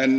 en